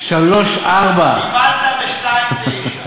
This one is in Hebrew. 3.4. קיבלת ב-2.9.